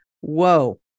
whoa